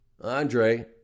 Andre